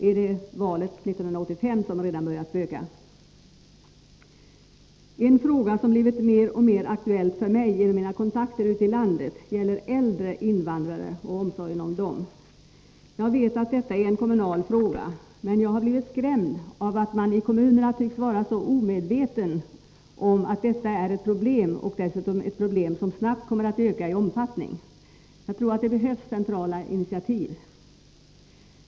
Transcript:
Är det valet 1985 som redan börjat spöka? En fråga som blivit mer och mer aktuell för mig genom mina kontakter ute i landet gäller äldre invandrare och omsorgen om dem. Jag vet att detta är en kommunal fråga, men jag har blivit skrämd av att man i kommunerna tycks vara så omedveten om att detta är ett problem och dessutom ett problem som snabbt kommer att öka i omfattning. Jag tror att det behövs centrala initiativ.